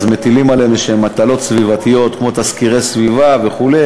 מטילים עליהם מטלות סביבתיות כמו תסקירי סביבה וכו'.